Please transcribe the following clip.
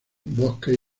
bosques